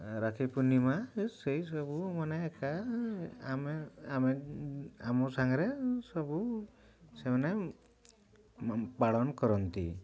ରାକ୍ଷୀ ପୂର୍ଣ୍ଣିମା ସେଇସବୁ ମାନେ ଏକା ଆମେ ଆମେ ଆମ ସାଙ୍ଗରେ ସବୁ ସେମାନେ ପାଳନ କରନ୍ତି